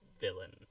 villain